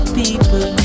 people